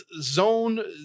zone